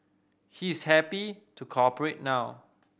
he is happy to cooperate now